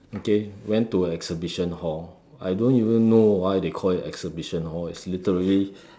okay went to an exhibition hall I don't even know why they call it an exhibition hall it's literally